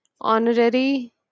honorary